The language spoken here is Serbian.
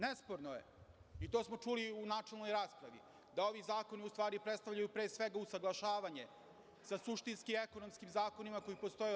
Nesporno je, i to smo čuli u načelnoj raspravi, da ovi zakoni u stvari predstavljaju pre svega usaglašavanje sa suštinski ekonomskim zakonima koji postoje u EU.